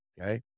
okay